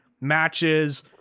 matches